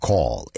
Call